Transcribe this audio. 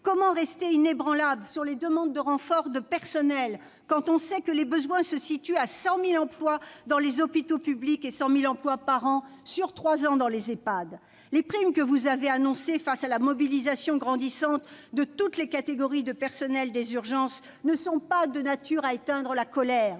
Comment rester inébranlable au sujet des demandes de renfort de personnel quand on sait que les besoins se situent à hauteur de 100 000 emplois dans les hôpitaux publics et de 100 000 emplois par an, sur trois ans, dans les Ehpad ? Les primes que vous avez annoncées face à la mobilisation grandissante de toutes les catégories de personnels des urgences ne sont pas de nature à éteindre la colère